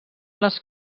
les